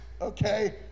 okay